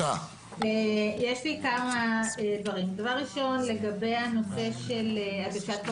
בסעיף (יב) לגבי הדיווח השנתי של מנהל המערכת,